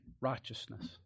righteousness